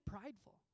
prideful